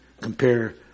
Compare